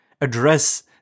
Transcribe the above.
address